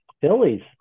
Phillies